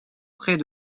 près